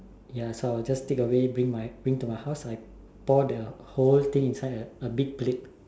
ya so I will just take away bring my bring to my house so I will pour the whole thing inside a inside a big plate